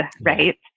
right